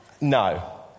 No